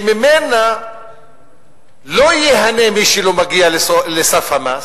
שממנה לא ייהנה מי שלא מגיע לסף המס,